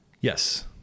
Yes